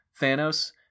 Thanos